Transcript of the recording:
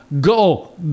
go